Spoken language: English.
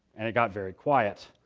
and it got very quiet.